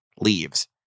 leaves